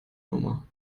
nummer